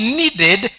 needed